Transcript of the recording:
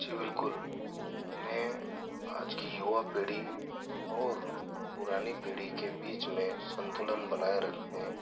जी बिल्कुल मैं आज की युवा पीढ़ी और पुरानी पीढ़ी के बीच में संतुलन बनाए रखने